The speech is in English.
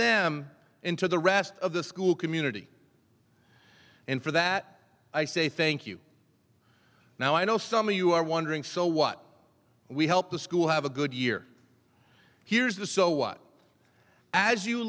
them into the rest of the school community and for that i say thank you now i know some of you are wondering so what we help the school have a good year here's the so what as you